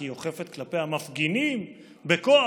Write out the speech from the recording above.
כי היא אוכפת כלפי המפגינים בכוח,